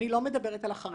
אני לא מדברת על החרדי.